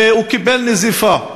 והוא קיבל נזיפה.